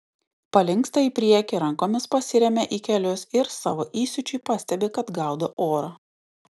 palinksta į priekį rankomis pasiremia į kelius ir savo įsiūčiui pastebi kad gaudo orą